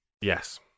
Yes